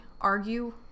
argue